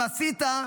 אם עשית,